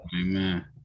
Amen